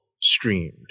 streamed